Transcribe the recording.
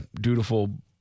dutiful